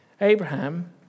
Abraham